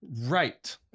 Right